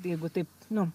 jeigu taip nu